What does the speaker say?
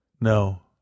No